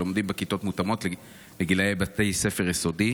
שלומדים בכיתות המותאמות לגילי בתי ספר יסודי,